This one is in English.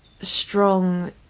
strong